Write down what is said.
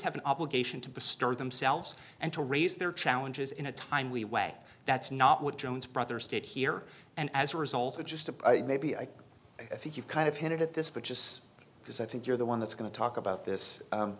have an obligation to stir themselves and to raise their challenges in a timely way that's not what jones brother stayed here and as a result of just a maybe i think you kind of hinted at this but just because i think you're the one that's going to talk about this